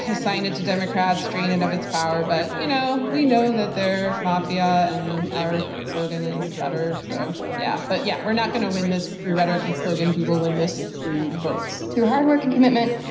assign it to democrats, drain it of its power, but, you know, we know that they're mafia, and our slogan is better, so, yeah. but yeah we're not gonna win this through rhetoric and slogans, we will this through votes. through hard work and commitment.